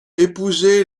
épousé